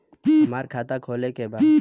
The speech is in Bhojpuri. हमार खाता खोले के बा?